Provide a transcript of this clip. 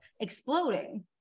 exploding